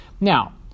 Now